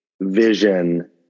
vision